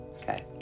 Okay